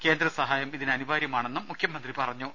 കേന്ദ്ര സഹായം ഇതിന് അനിവാര്യമാണെന്നും മുഖ്യമന്ത്രി പറഞ്ഞു